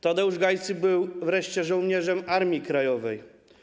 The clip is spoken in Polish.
Tadeusz Gajcy był wreszcie żołnierzem Armii Krajowej.